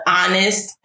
honest